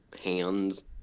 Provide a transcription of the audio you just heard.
hands